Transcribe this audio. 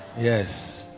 Yes